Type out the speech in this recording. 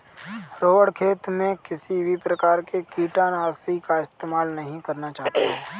रोहण खेत में किसी भी प्रकार के कीटनाशी का इस्तेमाल नहीं करना चाहता है